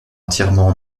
entièrement